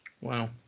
Wow